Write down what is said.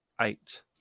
eight